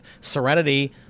serenity